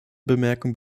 bemerkung